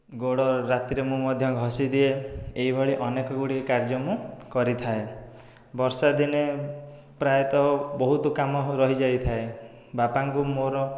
ଗୋଡ଼ ରାତିରେ ମୁଁ ମଧ୍ୟ ଘସିଦିଏ ଏଇଭଳି ଅନେକ ଗୁଡ଼ିଏ କାର୍ଯ୍ୟ ମୁଁ କରିଥାଏ ବର୍ଷାଦିନେ ପ୍ରାୟତଃ ବହୁତ କାମ ରହିଯାଇଥାଏ ବାପାଙ୍କୁ ମୋର